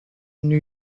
new